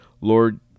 Lord